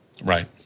Right